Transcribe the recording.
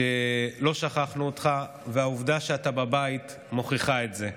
שלא שכחנו אותך, והעובדה שאתה בבית מוכיחה את זה.